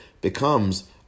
becomes